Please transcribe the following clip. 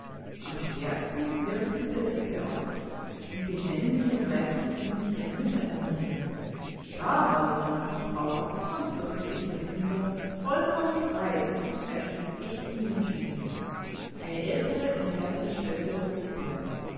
am stärksten wirkte der dritte akt in dem männliche und weibliche sinnlichkeit miteinander ringen da war johanna koch-bauer sonst durch den dichter behindert vollkommen frei und schuf ein stück echten menschenlebens eine ältere und härtere schwester der